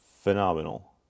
phenomenal